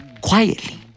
quietly